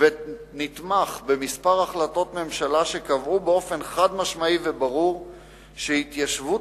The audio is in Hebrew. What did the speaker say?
ונתמך בכמה החלטות ממשלה שקבעו באופן חד-משמעי וברור שהתיישבות